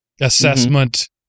Assessment